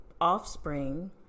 offspring